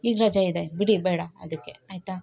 ಈಗ ರಜಾ ಇದೆ ಬಿಡಿ ಬೇಡ ಅದಕ್ಕೆ ಆಯ್ತಾ